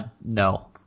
no